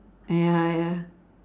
ya ya